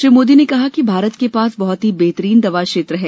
श्री मोदी ने कहा कि भारत के पास बहुत ही बेहतरीन दवा क्षेत्र है